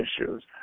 issues